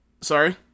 Sorry